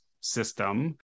system